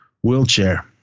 wheelchair